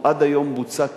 עד היום הוא בוצע כפיילוט,